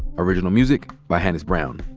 original music by hannis brown.